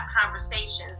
conversations